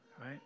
right